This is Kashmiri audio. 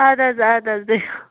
اَدٕ حظ اَدٕ حظ بِہِو